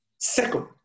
Second